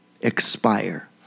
expire